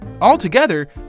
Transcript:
Altogether